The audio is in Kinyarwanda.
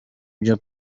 byo